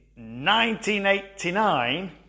1989